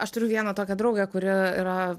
aš turiu vieną tokią draugę kuri yra